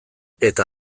eta